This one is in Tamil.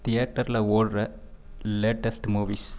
தியேட்டரில் ஓடுற லேட்டஸ்ட் மூவிஸ்